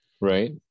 Right